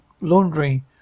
laundry